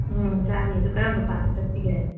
ꯎꯝ ꯆꯥꯅꯤ ꯑꯗꯣ ꯀꯔꯝꯕ ꯄꯥꯠꯇ ꯆꯠꯁꯤꯒꯦ